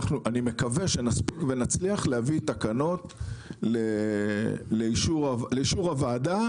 אני מקווה שנספיק ונצליח להביא תקנות לאישור הוועדה,